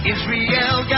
Israel